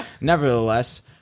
Nevertheless